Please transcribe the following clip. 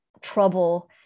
trouble